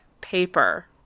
paper